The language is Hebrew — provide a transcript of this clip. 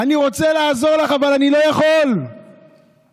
אני רוצה לעזור לך אבל אני לא יכול, אימא.